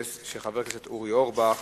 חבר הכנסת יואל חסון שאל את שר התעשייה,